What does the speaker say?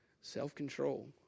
self-control